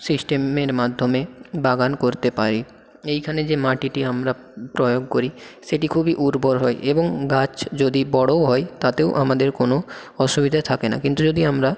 সিস্টেমের মাধ্যমে বাগান করতে পারি এইখানে যে মাটিটি আমরা প্রয়োগ করি সেটি খুবই উর্বর হয় এবং গাছ যদি বড়োও হয় তাতেও আমাদের কোনো অসুবিধা থাকে না কিন্তু যদি আমরা